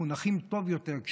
מחונכים טוב יותר,